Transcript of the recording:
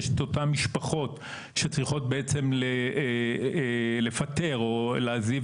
יש את אותן משפחות שצריכות לפטר או להעזיב